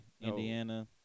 Indiana